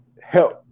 help